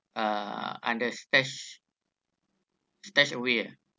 uh under stash stashaway